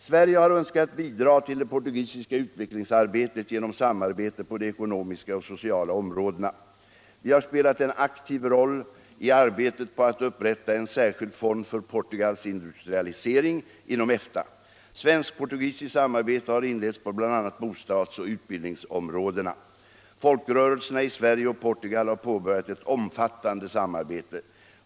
Sverige har önskat bidra till det portugisiska utvecklingsarbetet genom samarbete på de ekonomiska och sociala områdena: Vi har spelat en aktiv roll i arbetet på att upprätta en särskild fond för Portugals indu strialisering inom EFTA. Svenskt-portugisiskt samarbete har inletts på bl.a. bostads och utbildningsområdena. Folkrörelserna i Sverige och Portugal har påbörjat ett omfattande samarbete.